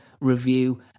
review